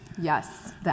Yes